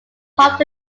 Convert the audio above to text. part